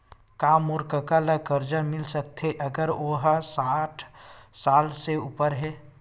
का मोर कका ला कर्जा मिल सकथे अगर ओ हा साठ साल से उपर हे?